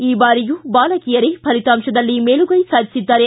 ಈ ಬಾರಿಯೂ ಬಾಲಕಿಯರೇ ಫಲಿತಾಂಶದಲ್ಲಿ ಮೇಲುಗೈ ಸಾಧಿಸಿದ್ದಾರೆ